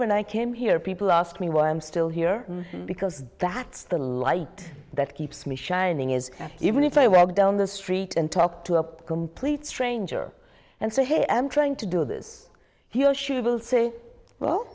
when i came here people ask me why i'm still here because that's the light that keeps me shining is that even if i were down the street and talk to a complete stranger and say hey i'm trying to do this he or she will say well